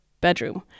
bedroom